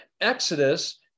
Exodus